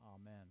Amen